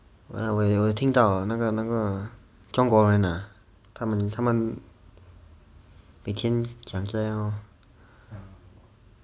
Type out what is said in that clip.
额我有听到那个那个中国人啊他们他们每天讲这样 lor